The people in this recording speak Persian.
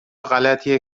غلطیه